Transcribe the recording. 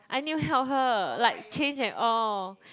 I need to help her like change and all